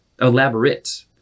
elaborate